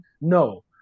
No